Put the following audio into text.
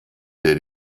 der